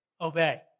obey